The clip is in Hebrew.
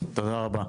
תודה רבה.